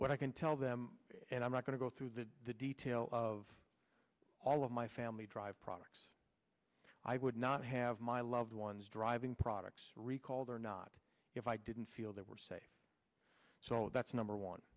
what i can tell them and i'm not going to go through the detail of all of my family drive products i would not have my loved ones driving products recalled or not if i didn't feel they were safe so that's number one